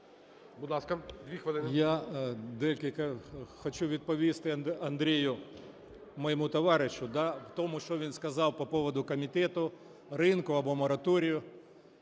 хочу відповісти Андрію, моєму товаришу, да, в тому, що він сказав по поводу комітету, ринку або мораторію.